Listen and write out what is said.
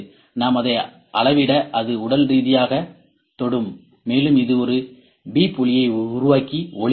நாம் அதை அளவிட அது உடல் ரீதியாகத் தொடும் மேலும் இது ஒரு பீப் ஒலியை உருவாக்கி ஒளிரும்